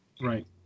Right